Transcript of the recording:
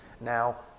Now